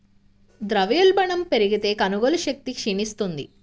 ద్రవ్యోల్బణం పెరిగితే, కొనుగోలు శక్తి క్షీణిస్తుంది